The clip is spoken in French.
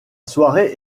soirée